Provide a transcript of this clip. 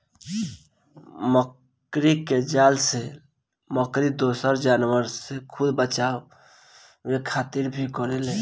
मकड़ी के जाल से मकड़ी दोसरा जानवर से खुद के बचावे खातिर भी करेले